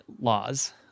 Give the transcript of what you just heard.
laws